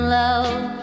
love